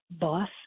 boss